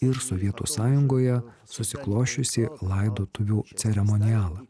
ir sovietų sąjungoje susiklosčiusį laidotuvių ceremonialą